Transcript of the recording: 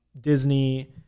Disney